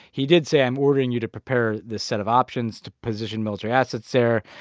he did say, i'm ordering you to prepare this set of options to position military assets there.